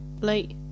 late